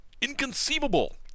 Inconceivable